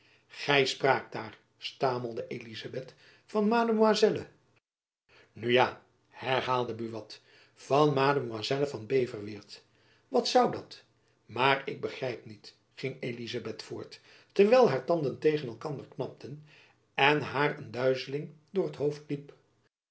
gy spraakt daar stamelde elizabeth van mademoiselle nu ja herhaalde buat van mademoiselle van beverweert wat zoû dat maar ik begrijp niet ging elizabeth voort terwijl haar tanden tegen elkander knapten en haar een duizeling door het hoofd liep